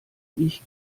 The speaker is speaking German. ich